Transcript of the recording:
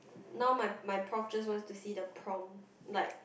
now my my prof just wants to see the prompt like